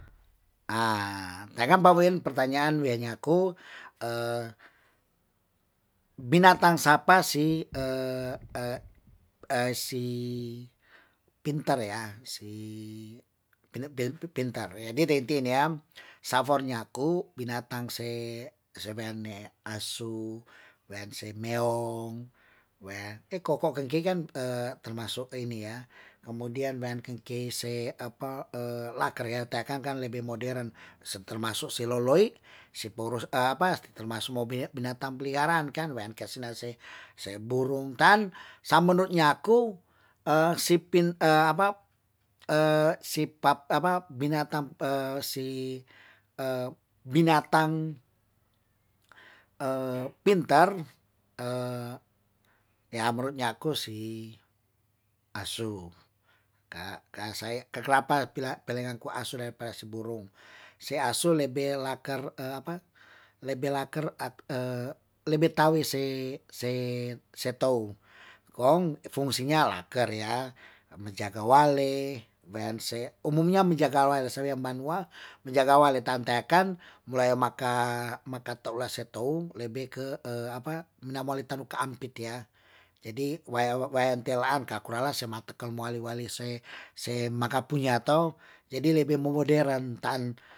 tagampabuden pertanyaan we'engaku binatang sapa si pinter ya si pinter, di edit nanti ini yaa safonnyaku binatang se sewene asu, wense meong wen koko kengkey kan termasuk ini yaa kemudian wengke ken say, apa laker teakang kan lebe moderen termasuk siloloy, sipourus apa mobe binatang peliharaan kang, wekesenesey. se burung tan samunu' nyaku sipin apa si pap apa si binatang pinter yaa menurut nyaku si asu, ka kasaey ka kelapa pila peleangku asu daripada si burung se asu lebe laker apa, lebe laker lebe lebe tau see see setou kong fungsinya laker yaa menjaga waley weansei umumnya menjaga waley selain banua menjaga waley tanteakang mulai maka, makata' urasey tou lebe ke minamo taluka ampit yaa jadi waya wayan telaan kakurala sematekel moali wali sei sei makapunya tou, jadi lebe moderen taan.